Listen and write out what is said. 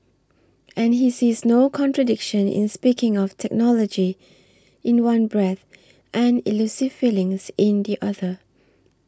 and he sees no contradiction in speaking of technology in one breath and elusive feelings in the other